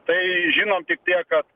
tai žinom tik tiek kad